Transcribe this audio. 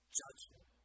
judgment